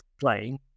playing